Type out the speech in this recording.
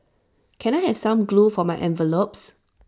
can I have some glue for my envelopes